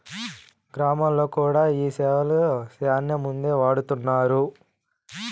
గ్రామాల్లో కూడా ఈ సేవలు శ్యానా మందే వాడుతున్నారు